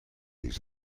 les